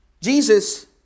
Jesus